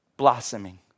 blossoming